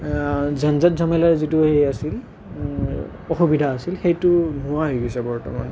ঝনঝত ঝামেলা যিটো আছিল অসুবিধা আছিল সেইটো নোহোৱা হৈ গৈছে বৰ্তমান